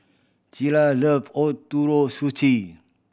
Cilla love Ootoro Sushi